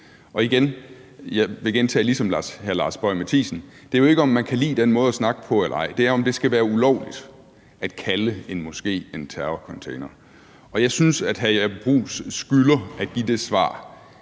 Og jeg vil gentage og sige som hr. Lars Boje Mathiesen: Det er jo ikke, om man kan lide den måde at snakke på eller ej, det er, om det skal være ulovligt at kalde en moské en terrorcontainer. Jeg synes, at hr. Jeppe Bruus skylder at give det svar,